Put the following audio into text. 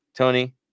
Tony